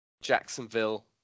Jacksonville